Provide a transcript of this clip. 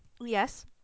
yes